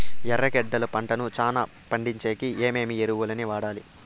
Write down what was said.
ఎర్రగడ్డలు పంటను చానా పండించేకి ఏమేమి ఎరువులని వాడాలి?